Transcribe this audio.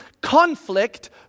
conflict